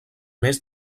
més